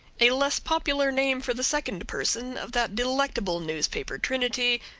a less popular name for the second person of that delectable newspaper trinity,